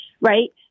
right